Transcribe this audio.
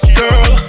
girl